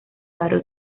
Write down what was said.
barrio